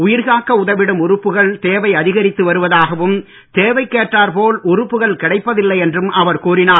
உயிர் காக்க உதவிடும் உறுப்புகள் தேவை அதிகரித்து வருவதாகவும் தேவைக்கேற்றாற் போல் உறுப்புகள் கிடைப்பதில்லை என்றும் அவர் கூறினார்